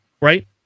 right